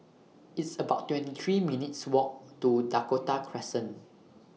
It's about twenty three minutes' Walk to Dakota Crescent